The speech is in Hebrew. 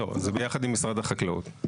לא, זה ביחד עם משרד החקלאות.